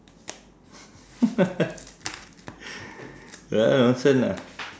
that one nonsense lah